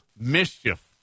mischief